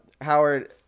Howard